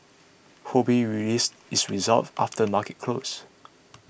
Ho Bee released its results after the market closed